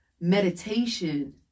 meditation